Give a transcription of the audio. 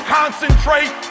concentrate